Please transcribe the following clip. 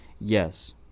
Yes